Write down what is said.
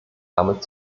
damit